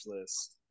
list